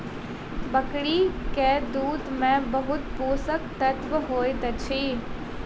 बकरी के दूध में बहुत पोषक तत्व होइत अछि